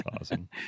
awesome